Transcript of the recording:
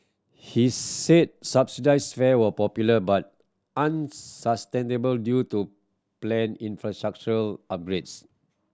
he said subsidised fare were popular but unsustainable due to planned infrastructural upgrades